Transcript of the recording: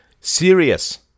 Serious